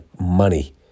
Money